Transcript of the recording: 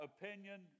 opinion